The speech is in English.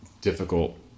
difficult